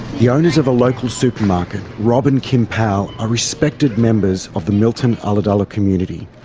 the owners of a local supermarket, rob and kim powell are respected members of the milton ulladulla community.